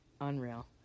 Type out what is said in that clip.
Unreal